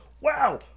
Wow